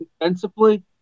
defensively